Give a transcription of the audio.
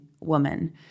woman